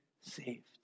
saved